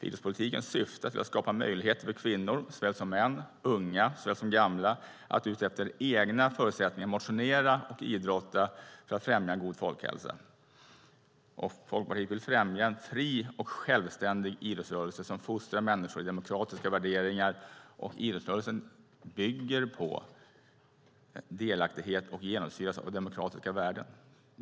Idrottspolitiken syftar till att skapa möjligheter för kvinnor såväl som män och unga såväl som gamla att efter de egna förutsättningarna motionera och idrotta för att främja en god folkhälsa. Folkpartiet vill främja en fri och självständig idrottsrörelse som fostrar människor i demokratiska värderingar. Idrottsrörelsen bygger på delaktighet och genomsyras av demokratiska värden.